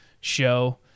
show